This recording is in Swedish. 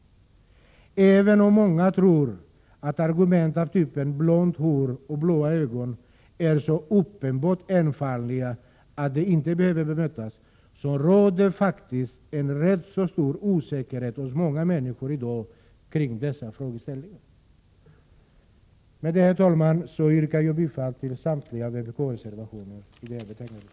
Även om många tror att argument av typen ”blont hår och blå ögon” är så uppenbart enfaldiga att de inte behöver bemötas, råder det faktiskt en rätt så stor osäkerhet hos många människor i dag kring dessa frågeställningar. Med det, herr talman, yrkar jag bifall till samtliga vpk-reservationer i detta betänkande.